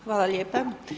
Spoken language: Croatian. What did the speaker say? Hvala lijepa.